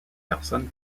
personnes